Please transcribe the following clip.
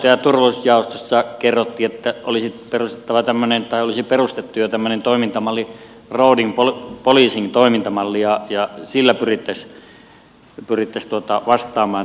meille hallinto ja turvallisuusjaostossa kerrottiin että olisi perustettu jo tämmöinen road policing toimintamalli ja sillä pyrittäisi vastaamaan tähän raskaan liikenteen valvontaan